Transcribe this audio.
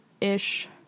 ish